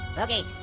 okay.